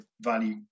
value